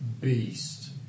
beast